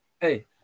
Hey